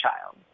child